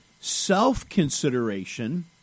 self-consideration